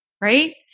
right